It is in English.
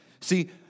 See